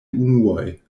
unuoj